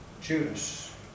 Judas